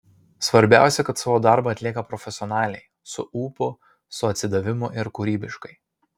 svarbiausia kad savo darbą atlieka profesionaliai su ūpu su atsidavimu ir kūrybiškai